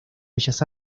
bellas